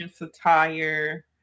attire